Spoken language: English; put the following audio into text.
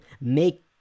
make